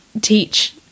teach